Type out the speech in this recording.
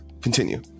continue